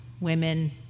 women